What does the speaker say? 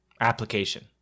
Application